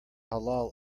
halal